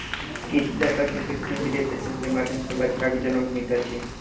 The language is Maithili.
किछ दशक सॅ कृत्रिम वीर्यसेचन के माध्यम सॅ बछड़ा के जन्म होइत अछि